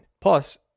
Plus